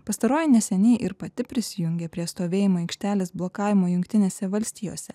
pastaroji neseniai ir pati prisijungė prie stovėjimo aikštelės blokavimo jungtinėse valstijose